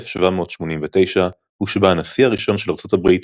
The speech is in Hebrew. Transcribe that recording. וב-1789 הושבע הנשיא הראשון של ארצות הברית,